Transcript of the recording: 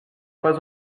pas